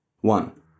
one